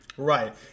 Right